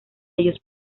ellos